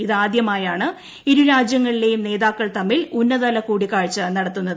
ഇത് ആദ്യമായാണ് ഇരു രാജ്യങ്ങളിലേയും നേതാക്കൾ തമ്മിൽ ഉന്നത തല കൂടിക്കാഴ്ച നടത്തുന്നത്